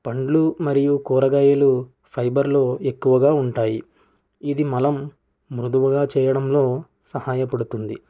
పండ్లు మరియు కూరగాయలు ఫైబర్ లో ఎక్కువగా ఉంటాయి ఇది మలం మృదువుగా చేయడంలో సహాయపడుతుంది